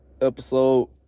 episode